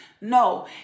No